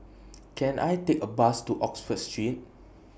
Can I Take A Bus to Oxford Street